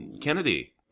Kennedy